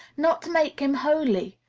not to make him holy,